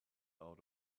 out